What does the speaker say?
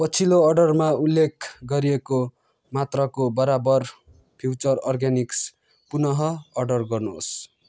पछिल्लो अर्डरमा उल्लेख गरिएको मात्राको बराबर फ्युचर अर्ग्यानिक्स पुन अर्डर गर्नुहोस्